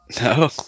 No